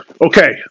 Okay